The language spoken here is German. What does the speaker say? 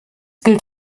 gilt